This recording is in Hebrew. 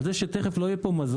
על זה שתיכף לא יהיה פה מזון,